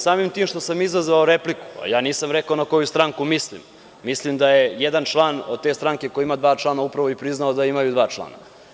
Samim tim što sam izazvao repliku, a ja nisam rekao na koju stranku mislim, mislim da je jedan član od te stranke, koja ima dva člana, upravo priznao da imaju dva člana.